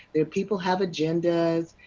people have agendas,